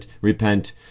repent